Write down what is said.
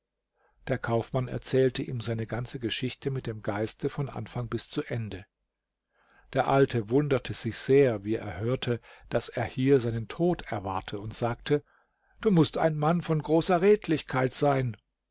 der kaufmann erzählte ihm seine ganze geschichte mit dem geiste von anfang bis zu ende der alte wunderte sich sehr wie er hörte daß er hier seinen tod erwarte und sagte du mußt ein mann von großer redlichkeit sein